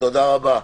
תודה רבה.